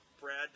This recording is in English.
Brad